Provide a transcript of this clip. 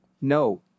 No